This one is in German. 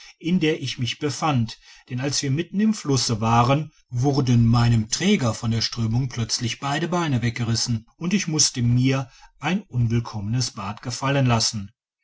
in der ich mich befand denn als wir mitten im flusse waren wurden meinem träger von der strömung plötzlich beide beine weggerissen und ich musste mir ein unwillkommenes bad gefallen lassen